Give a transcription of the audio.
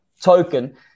token